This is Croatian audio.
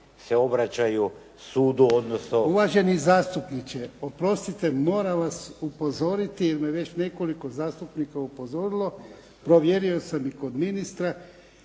… **Jarnjak, Ivan (HDZ)** Uvaženi zastupniče, oprostite moram vas upozoriti jer me već nekoliko zastupnika upozorilo, provjerio sam i kod ministra.